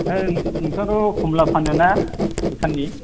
ए नोंथाङाथ' कमला फानोना भुटाननि